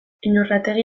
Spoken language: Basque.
iñurrategi